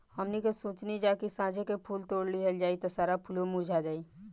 हमनी के सोचनी जा की साझे के फूल तोड़ लिहल जाइ त सारा फुलवे मुरझा जाइ